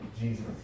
Jesus